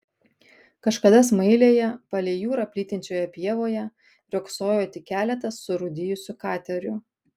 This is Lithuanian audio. kažkada smailėje palei jūrą plytinčioje pievoje riogsojo tik keletas surūdijusių katerių